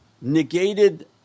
negated